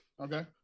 Okay